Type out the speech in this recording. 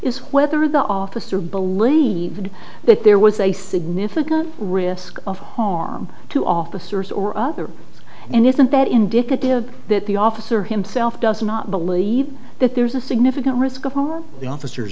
is whether the officer believed that there was a significant risk of harm to officers or other and isn't that indicative that the officer himself does not believe that there's a significant risk of the officers